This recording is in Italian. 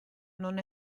non